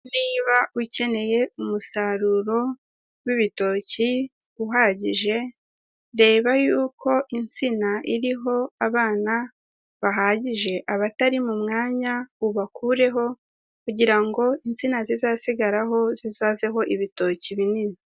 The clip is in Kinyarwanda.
Niba ukeneye umusaruro w'ibitoki uhagije, reba yuko insina iriho abana bahagije abatari mu mwanya ubakureho kugira ngo insina zizasigaraho zizazeho ibitoki binini.